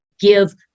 give